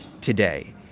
today